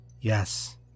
Yes